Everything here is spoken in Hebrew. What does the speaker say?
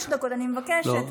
חמש דקות, אני מבקשת.